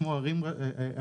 כמו ערים אחרות,